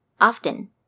Often